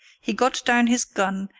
he got down his gun,